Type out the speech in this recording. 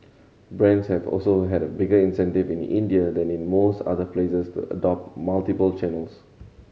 brands have also had a bigger incentive in India than in most other places to adopt multiple channels